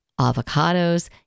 Avocados